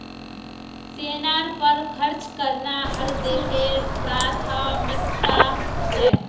सेनार पर खर्च करना हर देशेर प्राथमिकता ह छेक